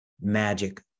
magic